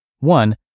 One